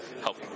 help